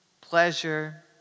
pleasure